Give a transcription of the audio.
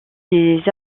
des